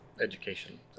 education